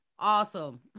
Awesome